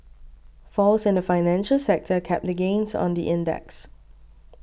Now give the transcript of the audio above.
falls in the financial sector capped the gains on the index